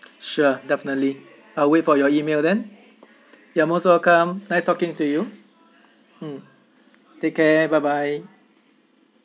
sure definitely I'll wait for your email then you're most welcome nice talking to you mm take care bye bye